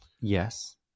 Yes